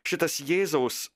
šitas jėzaus